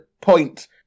point